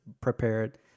prepared